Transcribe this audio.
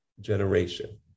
generation